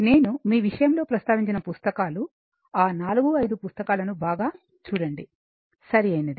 నేను మీ విషయంలో ప్రస్తావించిన పుస్తకాలు ఆ 45 పుస్తకాలను బాగా చూడండి సరైనది